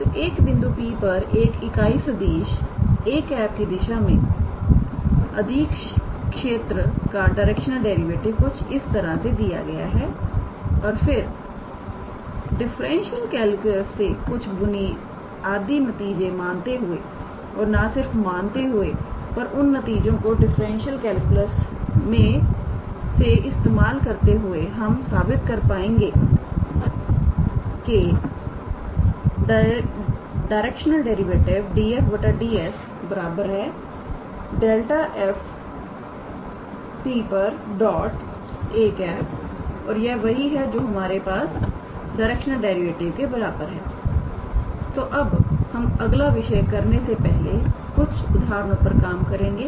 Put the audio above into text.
तो एक बिंदु P पर एक इकाई सदिश 𝑎̂ की दिशा में अदिश क्षेत्र का डायरेक्शनल डेरिवेटिव कुछ इस तरह से दिया गया है और डिफरेंशियल कैलकुलस से कुछ बुनियादी नतीजे मानते हुए और ना सिर्फ मानते हुए पर उन नतीजों को डिफरेंशियल कैलकुलस से इस्तेमाल करते हुए हम साबित कर पाएंगे के डायरेक्शनल डेरिवेटिव 𝑑𝑓 𝑑𝑠 ∇⃗ 𝑓𝑃 𝑎̂ और यह वही है जो हमारे डायरेक्शनल डेरिवेटिव के बराबर है तो अब हम अगला विषय करने से पहले कुछ उदाहरणों पर काम करेंगे